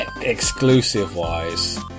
Exclusive-wise